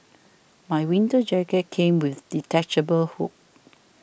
my winter jacket came with detachable hood